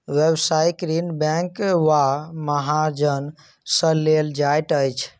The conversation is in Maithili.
व्यवसायिक ऋण बैंक वा महाजन सॅ लेल जाइत अछि